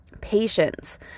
Patience